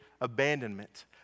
abandonment